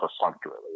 perfunctorily